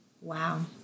Wow